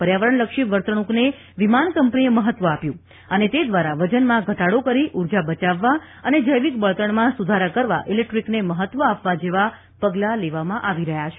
પર્યાવરણલક્ષી વર્તણૂંકને વિમાન કંપનીએ મહત્વ આપ્યું છે અને તે દ્વારા વજનમાં ઘટાડો કરી ઉર્જા બચાવવા અને જૈવિક બળતજ્ઞમાં સુધારા કરવા ઇલેક્ટ્રીકને મહત્વ આપવા જેવાં પગલાં લેવામાં આવી રહ્યાં છે